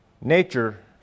Nature